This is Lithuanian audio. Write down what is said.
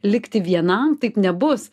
likti vienam taip nebus